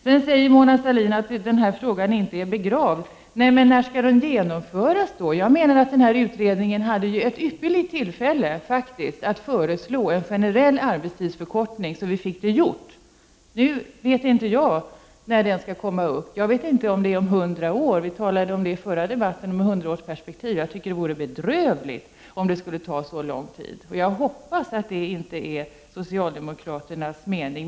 Mona Sahlin sade vidare att denna fråga inte är begravd. När skall den genomföras? Utredningen hade ett ypperligt tillfälle att föreslå en generell arbetstidsförkortning, så att vi skulle ha fått det gjort. Nu vet jag inte när den kan genomföras. Det kanske blir om 100 år. I den förra debatten talade vi om ett hundraårsperspektiv. Det vore bedrövligt om det skulle ta så lång tid. Jag hoppas att det inte är socialdemokraternas mening.